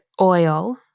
oil